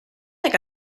like